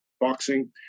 boxing